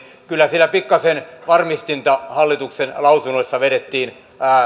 kyllä siellä pikkasen varmistinta hallituksen lausunnoissa vedettiin